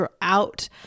throughout